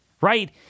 right